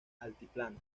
altiplano